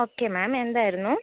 okay ma'am എന്തായിരുന്നു